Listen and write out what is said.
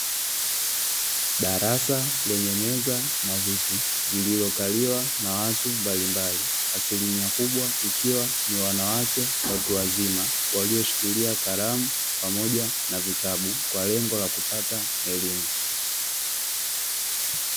Darasa lenye meza na viti, lililokaliwa na watu mbalimbali asilimia kubwa ikiwa ni wanawake watu wazima, walioshikilia kalamu pamoja na vitabu kwa lengo la kupata elimu.